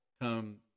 come